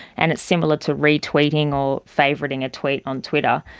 and it's similar to retweeting or favourite thing a tweet on twitter,